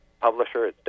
publisher